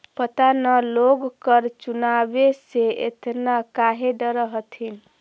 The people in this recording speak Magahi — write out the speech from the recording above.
पता न लोग कर चुकावे से एतना काहे डरऽ हथिन